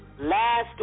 last